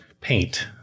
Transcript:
paint